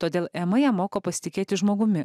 todėl ema ją moko pasitikėti žmogumi